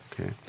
okay